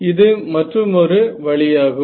இது மற்றுமொரு வழியாகும்